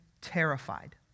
terrified